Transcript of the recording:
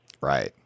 Right